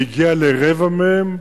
והגיעה לרבע מהם,